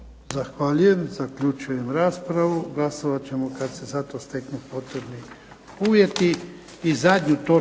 Zahvaljujem. Zaključujem raspravu. Glasovat ćemo kad se za to steknu potrebni uvjeti. **Bebić,